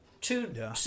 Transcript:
two